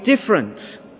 different